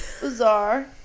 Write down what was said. Bizarre